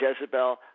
Jezebel